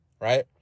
right